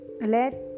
let